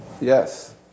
Yes